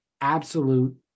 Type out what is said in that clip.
absolute